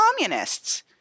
communists